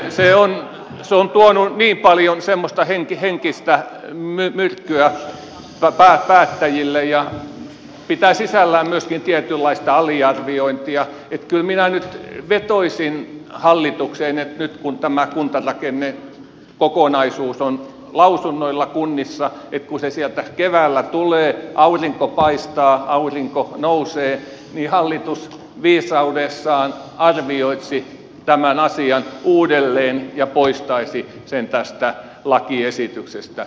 se on tuonut niin paljon semmoista henkistä myrkkyä päättäjille ja pitää sisällään myöskin tietynlaista aliarviointia että kyllä minä nyt vetoaisin hallitukseen että nyt kun tämä kuntarakennekokonaisuus on lausunnoilla kunnissa ja kun se sieltä keväällä tulee aurinko paistaa aurinko nousee niin hallitus viisaudessaan arvioisi tämän asian uudelleen ja poistaisi sen tästä lakiesityksestä